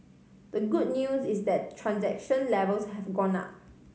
the good news is that transaction levels have gone up